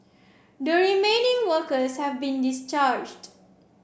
the remaining workers have been discharged